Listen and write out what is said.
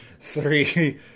Three